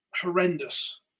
horrendous